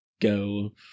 go